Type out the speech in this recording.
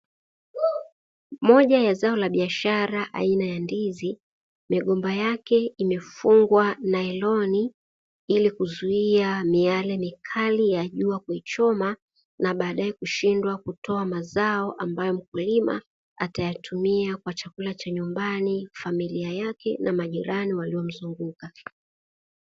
Moja ya zao la biashara aina ya ndizi, migomba yake imefungwa nailoni ili kuzuia miale mikali ya jua kuichoma na baadae kushindwa kutoa mazao ambayo mkulima atayatumia kwa chakula cha nyumbani, familia yake na majirani waliomzunguka.